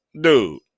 dude